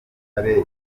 yari